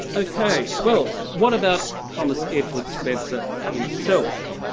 okay, well what about thomas edward spencer himself.